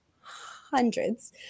hundreds